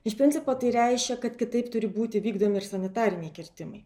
iš principo tai reiškia kad kitaip turi būti vykdomi ir sanitariniai kirtimai